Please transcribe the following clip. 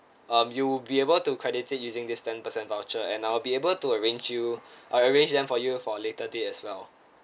um you'll be able to credit it using this ten percent voucher and I'll be able to arrange you I'll arrange them for you for a later date as well